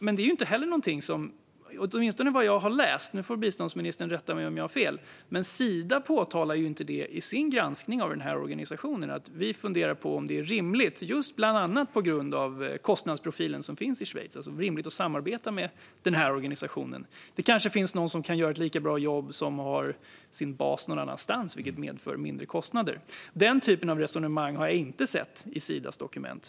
Men inte heller det är någonting som Sida påtalar i sin granskning av organisationen - åtminstone inte vad jag har läst. Biståndsministern får rätta mig om jag har fel. Sida funderar inte på om det är rimligt, bland annat på grund av kostnadsprofilen i Schweiz, att samarbeta med den här organisationen. Det kanske finns någon som kan göra ett lika bra jobb som har sin bas någon annanstans, vilket skulle medföra mindre kostnader. Den typen av resonemang har jag inte sett i Sidas dokument.